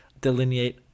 delineate